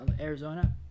Arizona